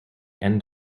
end